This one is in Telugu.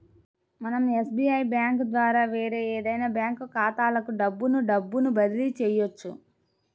మనం ఎస్బీఐ బ్యేంకు ద్వారా వేరే ఏదైనా బ్యాంక్ ఖాతాలకు డబ్బును డబ్బును బదిలీ చెయ్యొచ్చు